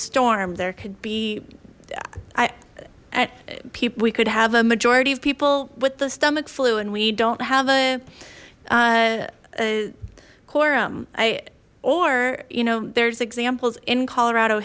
storm there could be i people we could have a majority of people with the stomach flu and we don't have a quorum i or you know there's examples in colorado